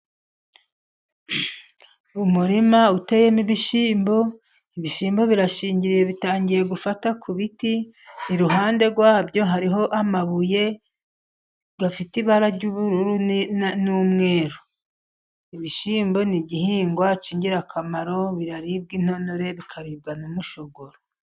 Umurima uteyemo ibishyimbo, ibishyimbo birashingiriye bitangiye gufata ku biti, iruhande rwabyo hariho amabuye afite ibara ry'ubururu n'umweru. Ibishyimbo ni igihingwa cy'ingirakamaro biraribwa intonore, bikaribwa n'umushogoro.